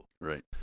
Right